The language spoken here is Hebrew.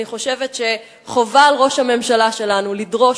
אני חושבת שחובה על ראש הממשלה שלנו לדרוש